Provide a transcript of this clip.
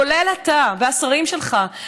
כולל אתה והשרים שלך,